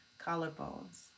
collarbones